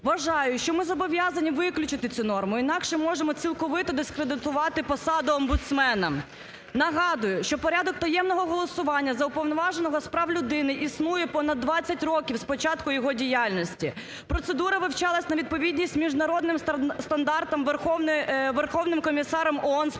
Вважаю, що ми зобов'язані виключити цю норму, інакше можемо цілковито дискредитувати посаду омбудсмена. Нагадую, що порядок таємного голосування за Уповноваженого з прав людини існує понад 20 років з початку його діяльності. Процедура вивчалася на відповідність міжнародним стандартам Верховним комісаром ООН з прав